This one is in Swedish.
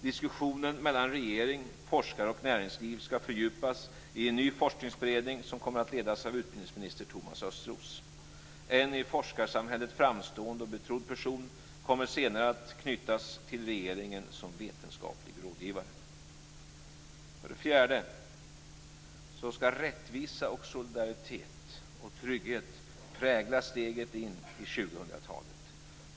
Diskussionen mellan regering, forskare och näringsliv skall fördjupas i en ny forskningsberedning som kommer att ledas av utbildningsminister Thomas Östros. En i forskarsamhället framstående och betrodd person kommer senare att knytas till regeringen som vetenskaplig rådgivare. För det fjärde: Rättvisa, solidaritet och trygghet skall prägla steget in i 2000-talet.